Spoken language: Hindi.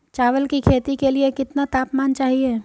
चावल की खेती के लिए कितना तापमान चाहिए?